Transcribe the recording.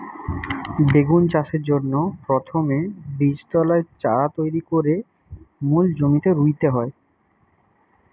বেগুন চাষের জন্যে প্রথমে বীজতলায় চারা তৈরি কোরে মূল জমিতে রুইতে হয়